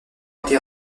été